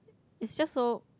it's just so